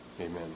Amen